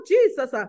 Jesus